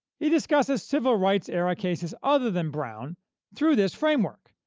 he discusses civil rights-era cases other than brown through this framework,